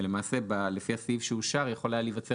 למעשה לפי הסעיף שאושר יכול היה להיווצר